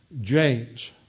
James